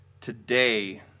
today